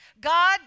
God